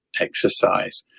exercise